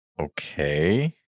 okay